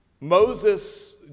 Moses